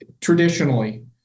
Traditionally